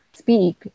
speak